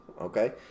okay